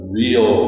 real